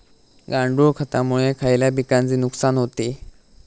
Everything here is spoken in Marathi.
गांडूळ खतामुळे खयल्या पिकांचे नुकसान होते?